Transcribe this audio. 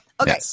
Okay